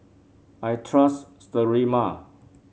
I trust Sterimar